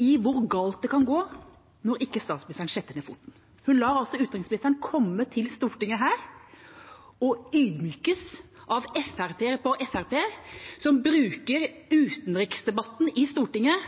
i hvor galt det kan gå når statsministeren ikke setter ned foten. Hun lar utenriksministeren komme til Stortinget og bli ydmyket av FrP-er etter FrP-er, som bruker utenriksdebatten i Stortinget